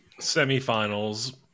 semifinals